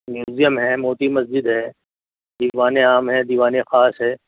museum ہے موتی مسجد ہے دیوانِ عام ہے دیوانِ خاص ہے